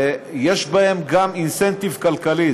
ויש בהם גם אינסנטיב כלכלי.